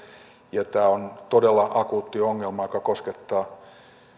tämä on todella akuutti ongelma joka koskettaa